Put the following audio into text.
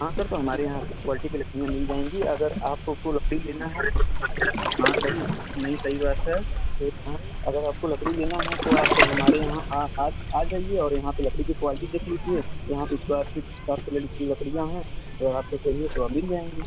हाँ सर तो हमारे यहाँ अच्छी क्वालिटी की लकड़ियाँ मिल जाएँगी अगर आपको को लकड़ी लेनी है हाँ सही नहीं सही बात है तो आप अगर आपको लकड़ी लेनी है तो आप हमारे यहाँ आ आज आ जाइए और यहाँ पर लकड़ी की क्वालिटी देख लीजिए यहाँ पर उसके बाद फिर टॉप की लक लकड़ियाँ हैं जो आपको चहिए तो वह मिल जाएँगी